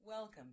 Welcome